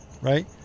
Right